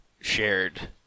shared